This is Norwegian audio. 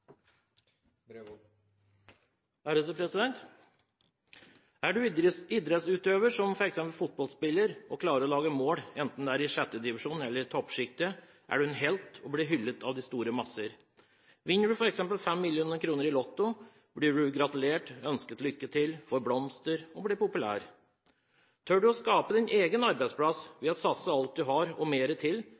du idrettsutøver – f.eks. fotballspiller – og klarer å lage mål, enten det er i sjettedivisjon eller i toppsjiktet, er du en helt og blir hyllet av de store masser. Vinner du f.eks. 5 mill. kr i Lotto, blir du gratulert og ønsket lykke til, får blomster og blir populær. Tør du å skape din egen arbeidsplass ved å satse alt du har og mer til,